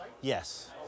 Yes